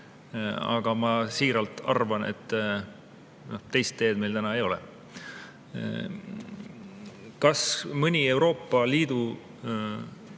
aga ma siiralt arvan, et teist teed meil täna ei ole. Kas veel mõne Euroopa Liidu